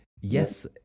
Yes